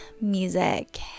music